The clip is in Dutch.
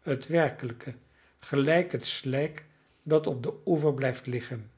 het werkelijke gelijk het slijk dat op den oever blijft liggen